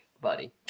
buddy